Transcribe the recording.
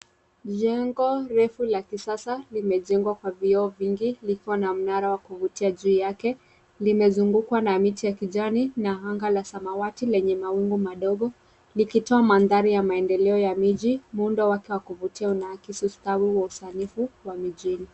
Jengo refu la kisasa limejengwa kwa vioo vingi likwa na mnara wa kuvutia juu yake. Limezungukwa na miti ya kijani na anga la samawati lenye mawingu madogo likitoa mandhari ya maendeleo ya miji. Muundo wake wa kuvutia unaakisi ustawi wa usanifu wa mijini.